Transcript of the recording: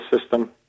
system